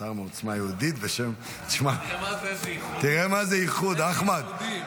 שר מעוצמה יהודית בשם, תראה מה זה איחוד, אחמד.